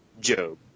Job